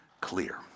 clear